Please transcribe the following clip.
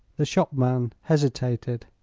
the shopman hesitated.